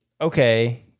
okay